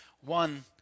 one